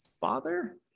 father